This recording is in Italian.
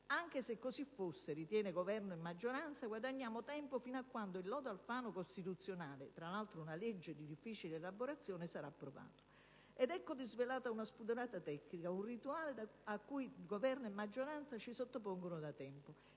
anche se così fosse, ritengono Governo e maggioranza, guadagniamo tempo fino a quando il lodo Alfano costituzionale (tra l'altro una legge di difficile elaborazione) sarà approvato. Ecco disvelata una spudorata tecnica, un rituale cui Governo e maggioranza ci sottopongono da tempo: